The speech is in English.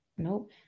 Nope